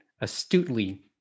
astutely